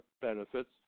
benefits